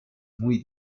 muy